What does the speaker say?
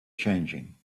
changing